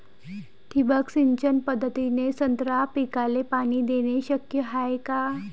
ठिबक सिंचन पद्धतीने संत्रा पिकाले पाणी देणे शक्य हाये का?